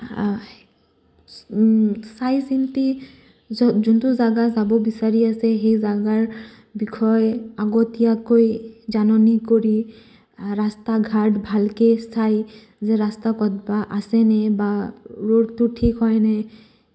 চাই চিন্তি যোনটো জাগা যাব বিচাৰি আছে সেই জাগাৰ বিষয়ে আগতীয়াকৈ জাননী কৰি ৰাস্তা ঘাট ভালকে চাই যে ৰাস্তা আছেনে বা ৰ'ডটো ঠিক হয়নে